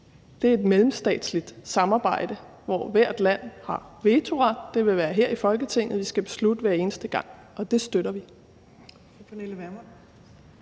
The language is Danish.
om et mellemstatsligt samarbejde, hvor hvert land har vetoret. Det vil være her i Folketinget, vi skal beslutte det, hver eneste gang det er